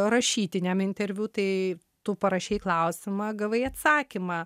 rašytiniam interviu tai tu parašei klausimą gavai atsakymą